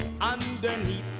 underneath